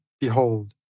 Behold